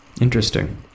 interesting